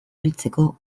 heltzeko